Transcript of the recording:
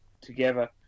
together